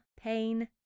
pain